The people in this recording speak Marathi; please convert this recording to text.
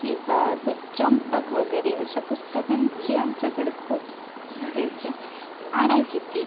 किंवा असं चंपक वगैरे अशा पुस्तकांची आमच्याकडं खूप स् म्हणजे असं आणायची ती